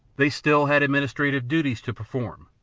they still had administrative duties to perform,